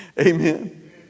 Amen